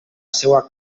seua